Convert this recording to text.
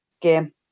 game